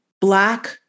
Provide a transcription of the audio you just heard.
black